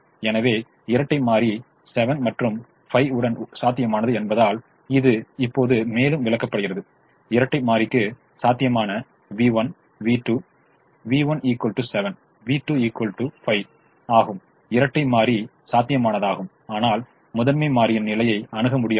எனவே இரட்டை மாறி 7 மற்றும் 5 உடன் சாத்தியமானது என்பதால் இது இப்போது மேலும் விளக்கப்படுகிறது இரட்டை மாறிக்கு சாத்தியமான வி 1 வி 2 v1 7 v2 ௫ ஆகும் இரட்டை மாறி சாத்தியமானதாகும் ஆனால் முதன்மை மாறியின் நிலையை அணுக முடியாதது